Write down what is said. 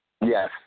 Yes